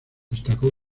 destacó